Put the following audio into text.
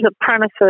apprentices